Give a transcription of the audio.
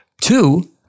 Two